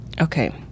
Okay